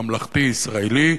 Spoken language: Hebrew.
ממלכתי-ישראלי,